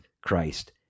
Christ